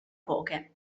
poche